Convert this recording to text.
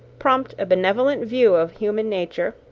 prompt a benevolent view of human nature,